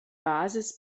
basis